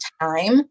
time